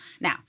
now